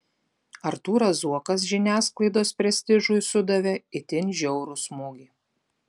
artūras zuokas žiniasklaidos prestižui sudavė itin žiaurų smūgį